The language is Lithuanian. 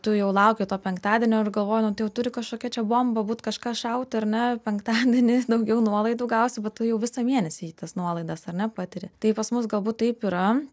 tu jau lauki to penktadienio ir galvoji nu tai jau turi kažkokia čia bomba būt kažkas šaut ar ne penktadienį daugiau nuolaidų gausi bet tu jau visą mėnesį tas nuolaidas ar ne patiri tai pas mus galbūt taip yra